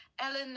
Ellen